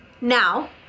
Now